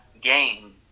game